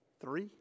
Three